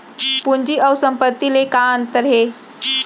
पूंजी अऊ संपत्ति ले का अंतर हे?